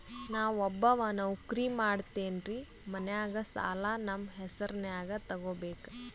ನಾ ಒಬ್ಬವ ನೌಕ್ರಿ ಮಾಡತೆನ್ರಿ ಮನ್ಯಗ ಸಾಲಾ ನಮ್ ಹೆಸ್ರನ್ಯಾಗ ತೊಗೊಬೇಕ?